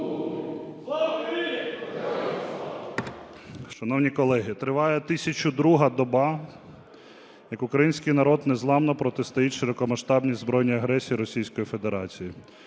Шановні колеги, триває 1002-а доба, як український народ незламно протистоїть широкомасштабній збройній агресії Російської Федерації.